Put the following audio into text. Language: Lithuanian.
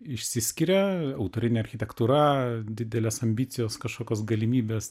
išsiskiria autorinė architektūra didelės ambicijos kažkokios galimybės